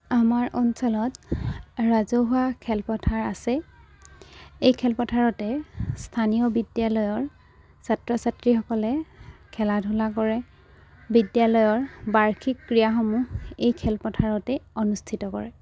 আমাৰ অঞ্চলত ৰাজহুৱা খেলপথাৰ আছে এই খেলপথাৰতে স্থানীয় বিদ্যালয়ৰ ছাত্ৰ ছাত্ৰীসকলে খেলা ধূলা কৰে বিদ্যালয়ৰ বাৰ্ষিক ক্ৰীড়াসমূহ এই খেলপথাৰতে অনুষ্ঠিত কৰে